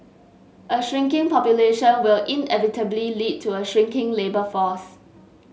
a shrinking population will inevitably lead to a shrinking labour force